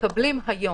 מקבלים היום.